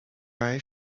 eyes